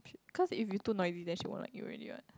cause if you too noisy then she won't like you already what